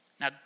Now